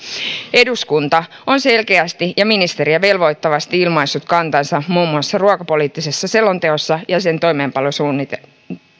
eduskunta on selkeästi ja ministeriä velvoittavasti ilmaissut kantansa muun muassa ruokapoliittisessa selonteossa ja sen toimeenpanosuunnitelmassa